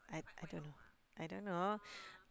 I I don't know I don't know